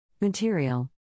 Material